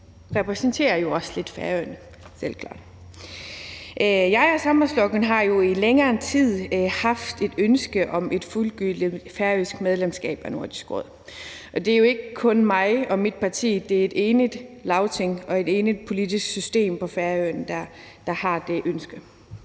Jeg og Sambandsflokkurin har i længere tid haft et ønske om et fuldgyldigt færøsk medlemskab af Nordisk Råd, og det er jo ikke kun mig og mit parti, for det er et enigt Lagting og et enigt politisk system på Færøerne, der har det ønske.